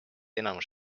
enamik